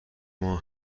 مان